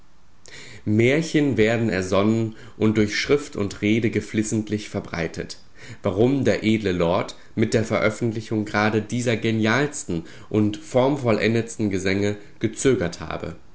märchen werden ersonnen und durch schrift und rede geflissentlich verbreitet warum der edle lord mit der veröffentlichung gerade dieser genialsten und formvollendetsten gesänge gezögert habe